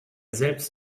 selbst